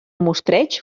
mostreig